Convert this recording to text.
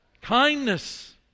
kindness